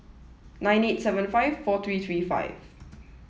nine eight seven five four three three five